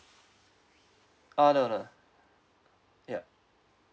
ah no no yup